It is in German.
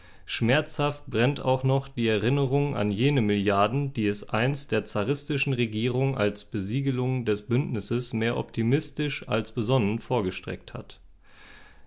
schmerzhaft brennt auch noch die erinnerung an jene milliarden die es einst der zaristischen regierung als besiegelung des bündnisses mehr optimistisch als besonnen vorgestreckt hat